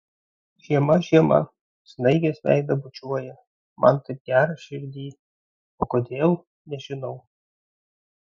žiema žiema snaigės veidą bučiuoja man taip gera širdyj o kodėl nežinau